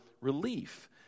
relief